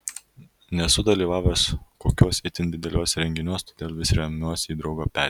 nesu dalyvavęs kokiuos itin dideliuos renginiuos todėl vis remiuos į draugo petį